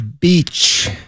Beach